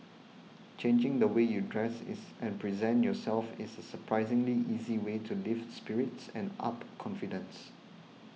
changing the way you dress is and present yourself is a surprisingly easy way to lift spirits and up confidence